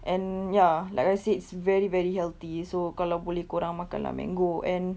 and ya like I said it's very very healthy so kalau boleh kau orang makan lah mango and